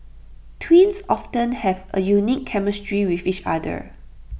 twins often have A unique chemistry with each other